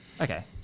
Okay